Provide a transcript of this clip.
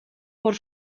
por